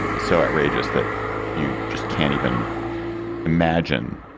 so it rages that you just can't even imagine